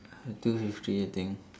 uh two fifty I think